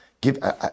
give